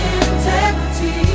integrity